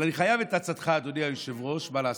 אבל אני חייב את עצתך, אדוני היושב-ראש, מה לעשות.